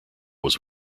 was